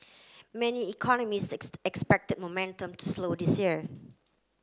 many economists expect momentum to slow this year